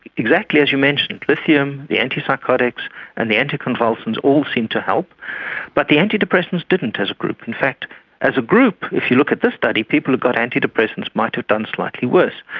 exactly as you mentioned lithium, the antipsychotics and the anticonvulsants all seem to help but the antidepressants didn't as a group. in fact as a group, if you look at this study, people who got antidepressants might have done slightly worse.